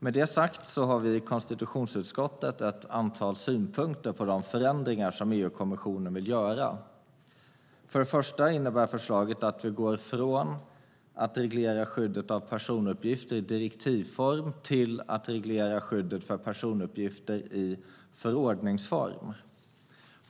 Med det sagt har vi i konstitutionsutskottet ett antal synpunkter på de förändringar som EU-kommissionen vill göra. För det första innebär förslaget att vi går från att reglera skyddet av personuppgifter i direktivform till att reglera skyddet av personuppgifter i förordningsform.